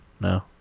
No